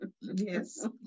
Yes